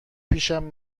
پیشم